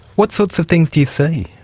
what sorts of things do you see?